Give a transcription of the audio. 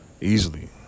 Easily